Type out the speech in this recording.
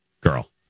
girl